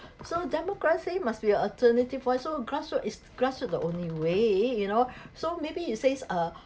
so democracy must be alternative voice so grassroot is grassroot the only way you know so maybe you say uh